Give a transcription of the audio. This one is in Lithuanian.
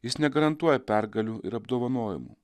jis negarantuoja pergalių ir apdovanojimų